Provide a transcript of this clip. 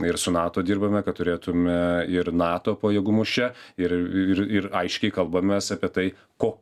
ir su nato dirbame kad turėtume ir nato pajėgumus čia ir ir ir aiškiai kalbamės apie tai ko